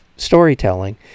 Storytelling